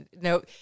no